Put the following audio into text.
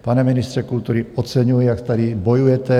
Pane ministře kultury, oceňuji, jak tady bojujete.